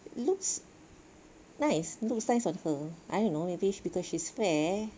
looks nice looks nice on her I don't know maybe because she's fair